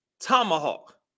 tomahawk